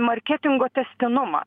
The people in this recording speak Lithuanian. marketingo tęstinumą